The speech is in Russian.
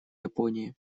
японии